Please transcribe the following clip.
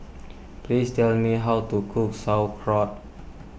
please tell me how to cook Sauerkraut